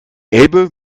elbe